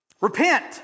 Repent